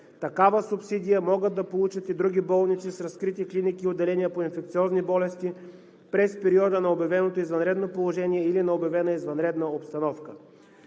Такава субсидия могат да получат и други болници с разкрити клиники и отделения по инфекциозни болести през периода на обявеното извънредно положение или на обявена извънредна обстановка.